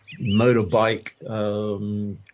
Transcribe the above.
motorbike